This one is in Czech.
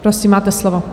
Prosím, máte slovo.